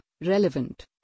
relevant